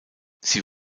sie